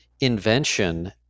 invention